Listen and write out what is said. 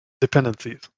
dependencies